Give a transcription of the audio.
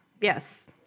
yes